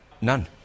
none